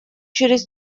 через